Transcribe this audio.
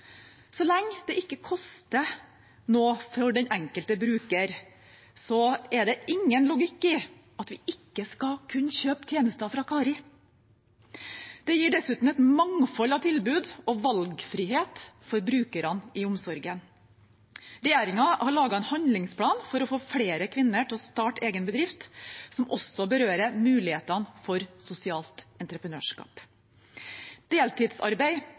Så lenge det ikke koster noe for den enkelte bruker, er det ingen logikk i at vi ikke skal kunne kjøpe tjenester fra Kari. Det gir dessuten et mangfold av tilbud og valgfrihet for brukerne i omsorgen. Regjeringen har laget en handlingsplan for å få flere kvinner til å starte egen bedrift som også berører mulighetene for sosialt entreprenørskap. Deltidsarbeid